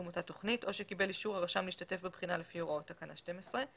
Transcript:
אותה תוכנית או שקיבל אישור הרשם להשתתף בבחינה לפי הוראות תקנה 12,